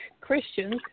Christians